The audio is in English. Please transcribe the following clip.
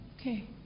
Okay